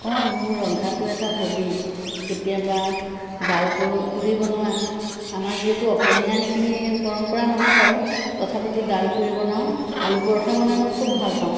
অঁ মোৰ ৰন্ধাটো এটা হবী কেতিয়াবা দাল পৰি পুৰি বনোৱা আমাৰ যিহেতু অসমীয়া সেইখিনি পৰম্পৰা নহয় বাৰু তথাপিতো দাল পুৰি বনাওঁ আলু পৰঠা বনাই মই খুব ভাল পাওঁ